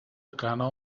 غنا